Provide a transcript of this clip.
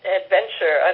adventure